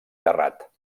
terrat